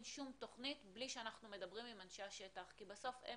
שום תכנית בלי שאנחנו מדברים עם אנשי השטח כי בסוף,